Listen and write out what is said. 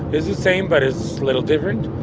it's the same, but it's a little different.